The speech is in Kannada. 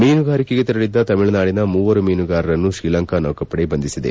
ಮೀನುಗಾರಿಕೆಗೆ ತೆರಳಿದ್ದ ತಮಿಳುನಾಡಿನ ಮೂವರು ಮೀನುಗಾರರನ್ನು ಶ್ರೀಲಂಕಾ ನೌಕಾಪಡೆ ಬಂಧಿಸಿದೆ